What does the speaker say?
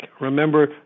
Remember